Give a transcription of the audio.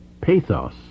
Pathos